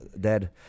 dead